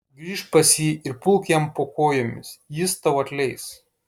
grįžk pas jį ir pulk jam po kojomis jis tau atleis